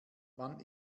wann